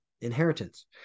inheritance